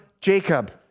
Jacob